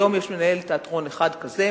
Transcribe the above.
היום יש מנהל תיאטרון אחד כזה,